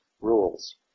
rules